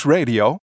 Radio